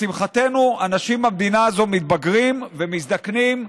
לשמחתנו אנשים במדינה הזאת מתבגרים ומזדקנים,